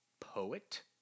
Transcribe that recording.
poet